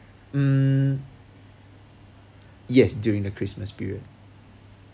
um yes during the christmas period